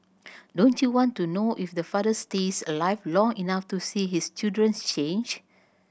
don't you want to know if the father stays alive long enough to see his children's change